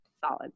solid